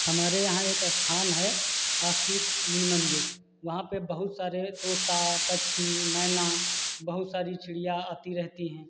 हमारे यहाँ एक स्थान हैं अस्थि मंदिर वहाँ पर बहुत सारे तोता पक्षी मैना बहुत सारी चिड़ियाँ आती रहती हैं